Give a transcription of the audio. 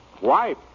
Wife